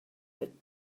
but